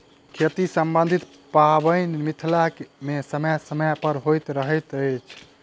खेती सम्बन्धी पाबैन मिथिला मे समय समय पर होइत रहैत अछि